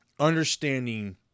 Understanding